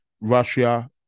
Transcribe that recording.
Russia